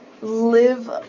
live